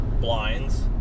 blinds